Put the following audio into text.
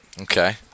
Okay